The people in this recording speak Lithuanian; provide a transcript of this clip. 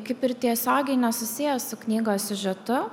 kaip ir tiesiogiai nesusijęs su knygos siužetu